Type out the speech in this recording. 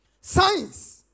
science